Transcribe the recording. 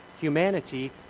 Humanity